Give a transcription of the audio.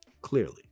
clearly